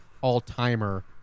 all-timer